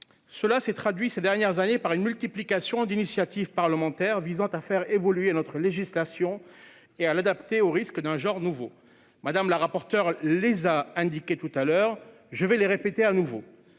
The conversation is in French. Cela s'est traduit ces dernières années par une multiplication d'initiatives parlementaires visant à faire évoluer notre législation et à l'adapter aux risques d'un genre nouveau. Madame la rapporteure a mis en avant les textes en